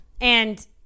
And-